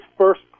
first